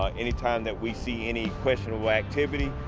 ah any time that we see any questionable activity,